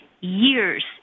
years